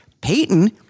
Peyton